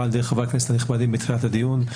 על ידי חברי הכנסת הנכבדים בתחילת הדיון.